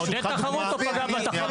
זה עודד תחרות או פגע באנשים?